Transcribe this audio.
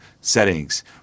settings